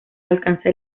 alcanza